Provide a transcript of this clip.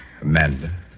Amanda